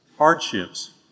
hardships